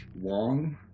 Wong